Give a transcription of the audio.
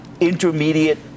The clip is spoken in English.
intermediate